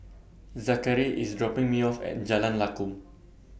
Zakary IS dropping Me off At Jalan Lakum